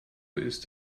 ist